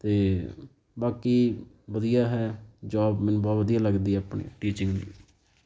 ਅਤੇ ਬਾਕੀ ਵਧੀਆ ਹੈ ਜੋਬ ਮੈਨੂੰ ਬਹੁਤ ਵਧੀਆ ਲੱਗਦੀ ਹੈ ਆਪਣੀ ਟੀਚਿੰਗ ਦੀ